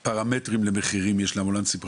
מה הפרמטרים למחירים של אמבולנסים פרטיים,